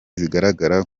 zigaragara